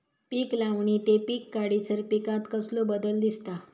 पीक लावणी ते पीक काढीसर पिकांत कसलो बदल दिसता?